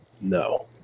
No